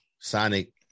Sonic